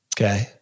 Okay